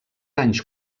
anys